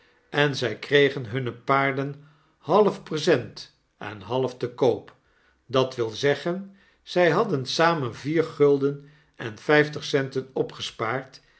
en zy kregen hunne paarden half present en half te koop dat wil zeggen zy hadden samen vier gulden en vijftig centen opgespaard